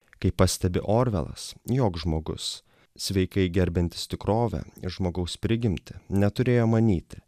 kaip pastebi orvelas joks žmogus sveikai gerbiantis tikrovę ir žmogaus prigimtį neturėjo manyti